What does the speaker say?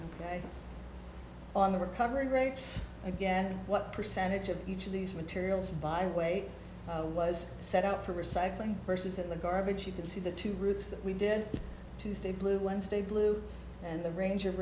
buy on the recovery rates again what percentage of each of these materials by way of was set up for recycling versus in the garbage you can see the two routes that we did tuesday blue wednesday blue and the range of